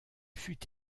fut